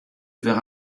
vers